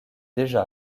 déjà